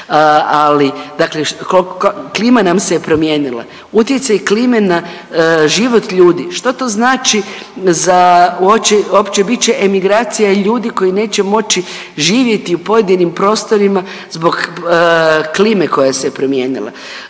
Ali dakle klima nam se promijenila, utjecaj klime na život ljudi. Što to znači za uopće bit će emigracija ljudi koji neće moći živjeti u pojedinim prostorima zbog klime koja se promijenila.